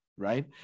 right